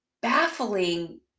baffling